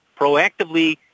proactively